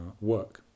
work